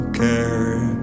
care